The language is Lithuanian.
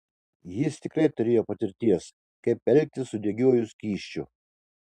jis tikrai turėjo patirties kaip elgtis su degiuoju skysčiu